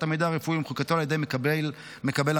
המידע הרפואי ומחיקתו על ידי מקבל המידע.